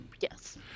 Yes